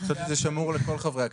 חשבתי שזה שמור לכל חברי הכנסת.